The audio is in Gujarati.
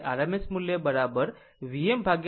આમ તે RMS મૂલ્ય vm √ 2 છે